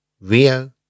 Rio